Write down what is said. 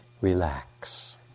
relax